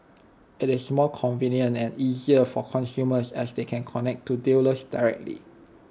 IT is more convenient and easier for consumers as they can connect to dealers directly